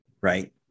right